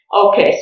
Okay